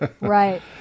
Right